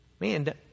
Man